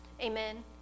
Amen